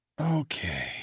Okay